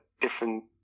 different